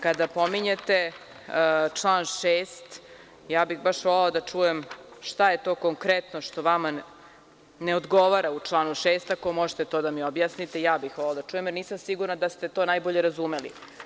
Kada pominjete član 6, volela bih da čujem šta je to konkretno što vama ne odgovara u članu 6. Ako možete da objasnite, volela bih da čujem, pošto nisam sigurna da ste to najbolje razumeli.